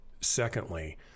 Secondly